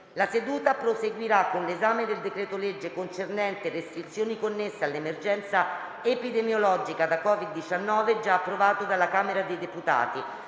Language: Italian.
La seduta proseguirà con l'esame del decreto-legge concernente restrizioni connesse all'emergenza epidemiologica da Covid-19, già approvato dalla Camera dei deputati.